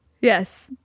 yes